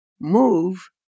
move